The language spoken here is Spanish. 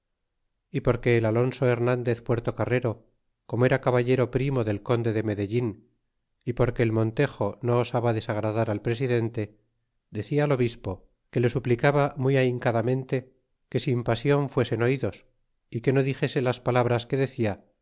y porque elalonso hernandez puertocarrero como era caballero primo del conde de medellin y porque el montejo no osaba desagradar al presidente decia al obispo que le suplicaba muy ahincadamente que sin pasion fuesen oidos y que no dixese las palabras que decia